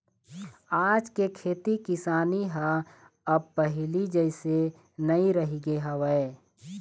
आज के खेती किसानी ह अब पहिली जइसे नइ रहिगे हवय